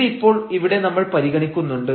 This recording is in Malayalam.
അത് ഇപ്പോൾ ഇവിടെ നമ്മൾ പരിഗണിക്കുന്നുണ്ട്